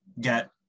get